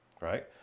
right